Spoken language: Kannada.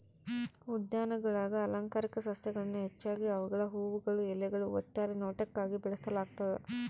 ಉದ್ಯಾನಗುಳಾಗ ಅಲಂಕಾರಿಕ ಸಸ್ಯಗಳನ್ನು ಹೆಚ್ಚಾಗಿ ಅವುಗಳ ಹೂವುಗಳು ಎಲೆಗಳು ಒಟ್ಟಾರೆ ನೋಟಕ್ಕಾಗಿ ಬೆಳೆಸಲಾಗ್ತದ